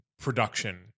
production